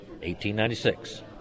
1896